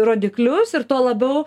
rodiklius ir tuo labiau